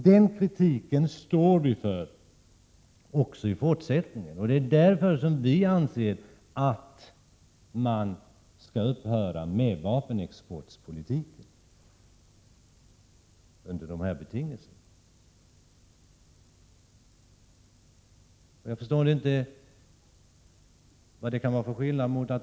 Den kritiken står vpk för också i fortsättningen, och det är därför som vi anser att vapenexportpolitiken skall upphöra under dessa betingelser.